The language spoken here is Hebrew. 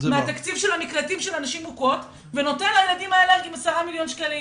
מהתקציב של המקלטים של נשים מוכות ונותן לילדים האלה 10 מיליון שקלים'.